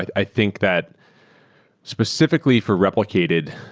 i think that specifi cally for replicated,